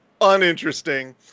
Uninteresting